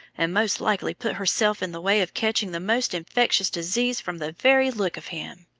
and most likely put herself in the way of catching the most infectious disease from the very look of him,